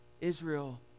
Israel